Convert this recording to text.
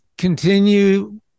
continue